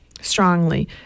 strongly